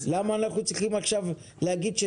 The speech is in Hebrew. למה אנחנו צריכים להגיד עכשיו שדיור